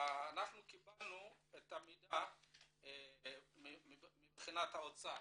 ואנחנו קיבלנו את המידע מבחינת האוצר,